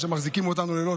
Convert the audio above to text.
שמחזיקים אותנו בלילות.